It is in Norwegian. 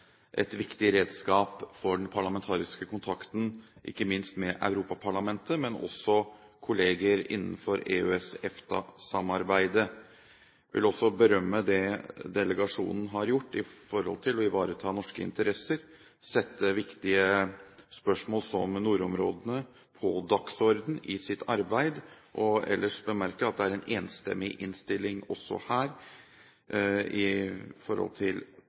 et viktig redskap for den parlamentariske kontakten, ikke minst med Europaparlamentet, men også med kolleger innenfor EØS/EFTA-samarbeidet. Jeg vil også berømme det delegasjonen har gjort for å ivareta norske interesser, sette viktige spørsmål som nordområdene på dagsordenen i sitt arbeid, og vil ellers bemerke at det er en enstemmig innstilling også her i forhold til